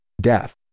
death